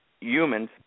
humans